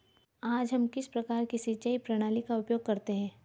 आज हम किस प्रकार की सिंचाई प्रणाली का उपयोग करते हैं?